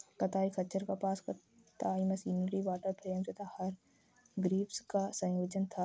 कताई खच्चर कपास कताई मशीनरी वॉटर फ्रेम तथा हरग्रीव्स का संयोजन था